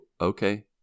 okay